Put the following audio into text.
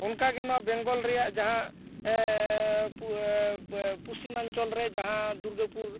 ᱚᱱᱠᱟ ᱜᱮ ᱱᱚᱶᱟ ᱵᱮᱝᱜᱚᱞ ᱨᱮᱭᱟᱜ ᱡᱟᱦᱟᱸ ᱯᱚᱻ ᱯᱚᱥᱪᱷᱤᱢᱟᱧᱪᱚᱞ ᱨᱮ ᱡᱟᱦᱟᱸ ᱫᱩᱨᱜᱟᱹᱯᱩᱨ